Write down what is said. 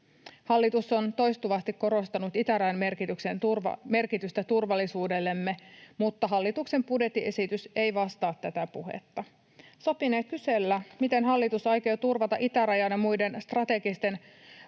Hallitus on toistuvasti korostanut itärajan merkitystä turvallisuudellemme, mutta hallituksen budjettiesitys ei vastaa tätä puhetta. Sopinee kysellä, miten hallitus aikoo turvata itärajan ja muiden strategisten